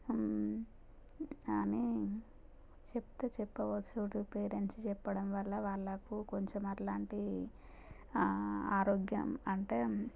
అని చెప్తే చెప్పవచ్చు చూడు పేరంట్స్ చెప్పడం వల్ల వాళ్ళకు కొంచెం అలాంటి ఆరోగ్యం అంటే